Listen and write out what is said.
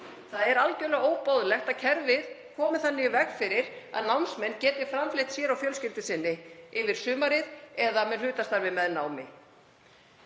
Það er algjörlega óboðlegt að kerfið komi þannig í veg fyrir að námsmenn geti framfleytt sér og fjölskyldu sinni yfir sumarið eða með hlutastarfi með námi.